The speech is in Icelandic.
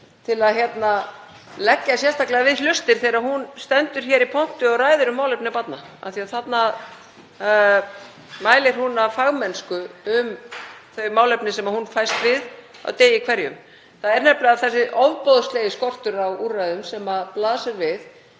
til að leggja sérstaklega við hlustir þegar hún stendur í pontu og ræðir um málefni barna af því að þarna mælir hún af fagmennsku um þau málefni sem hún fæst við á degi hverjum. Það er nefnilega þessi ofboðslegi skortur á úrræðum sem blasir við.